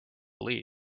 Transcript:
leave